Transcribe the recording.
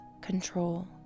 control